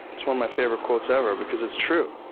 it's one of my favourite quotes ever because it's true.